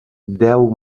deu